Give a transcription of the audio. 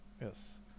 Yes